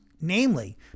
namely